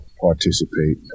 participate